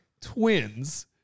twins-